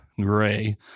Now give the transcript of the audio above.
Gray